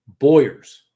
boyers